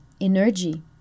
energy